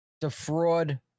defraud